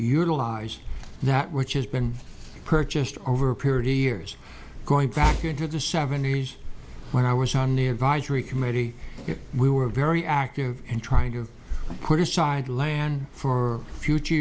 utilize that which has been purchased over a period of years going back into the seventies when i was on the advisory committee we were very active in trying to put aside land for future